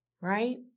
right